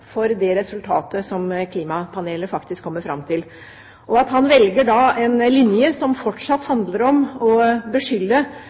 for det resultatet som klimapanelet faktisk kommer fram til. Han velger en linje som fortsatt